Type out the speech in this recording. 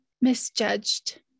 misjudged